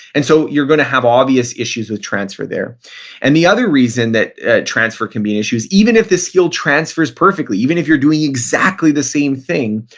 and so you're going to have obvious issues with transfer there and the other reason that transfer can be an issue is even if the skill transfers perfectly, even if you're doing exactly the same thing,